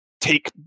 take